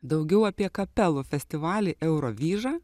daugiau apie kapelų festivalį eurovyža